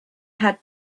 had